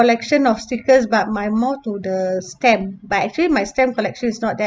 collection of stickers but I'm more the stamp but actually my stamp collection is not that